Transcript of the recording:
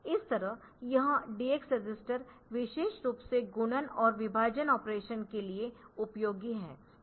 इस तरह यह DX रजिस्टर विशेष रूप से गुणन और विभाजन ऑपरेशन के लिए उपयोगी है